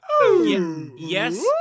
Yes